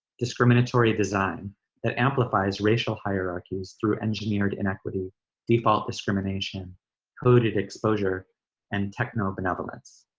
discriminatory design that amplifies racial hierarchies through engineered inequity default discrimination coded exposure and techno-benevolence.